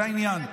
זה העניין.